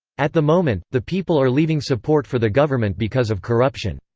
at the moment, the people are leaving support for the government because of corruption.